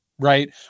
Right